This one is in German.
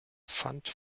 pfand